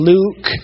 Luke